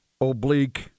oblique